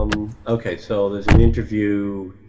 um okay so there's an interview.